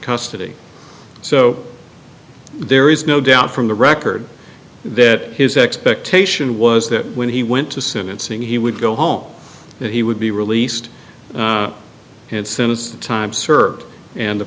custody so there is no doubt from the record that his expectation was that when he went to sentencing he would go home and he would be released and sentenced to time served and the